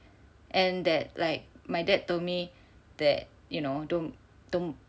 and that like my dad told me that you know don't don't